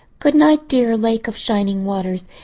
good night, dear lake of shining waters.